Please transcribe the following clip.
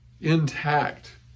intact